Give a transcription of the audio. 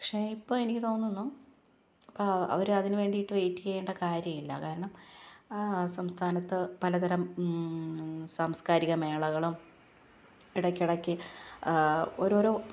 പക്ഷെ ഇപ്പോൾ എനിക്ക് തോന്നുന്നു ഇപ്പം അവർ അതിനു വേണ്ടിയിട്ട് വെയിറ്റ് ചെയ്യേണ്ട കാര്യമില്ല കാരണം സംസ്ഥാനത്ത് പലതരം സാംസ്കാരിക മേളകളും ഇടക്കിടക്ക് ഓരോരോ